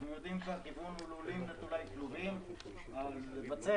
אנחנו יודעים שהכיוון הוא לולים נטולי כלובים אבל לבצע